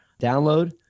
download